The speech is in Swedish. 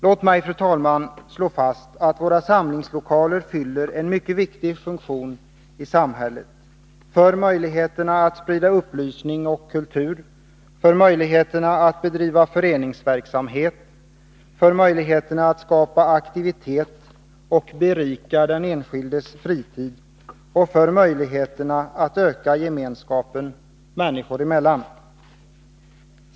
Låt mig, fru talman, slå fast att våra samlingslokaler fyller en mycket viktig funktion i samhället; för möjligheterna att sprida upplysning och kultur, för möjligheterna att bedriva föreningsverksamhet, för möjligheterna att skapa aktivitet och berika den enskildes fritid och för möjligheterna att öka gemenskapen människor emellan.